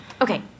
Okay